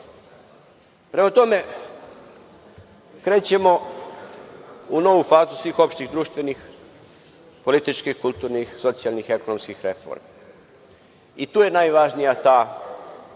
tome krećemo u novu fazu svih opštih društvenih, političkih, kulturnih, socijalnih, ekonomskih reformi. I, to je najvažnija ta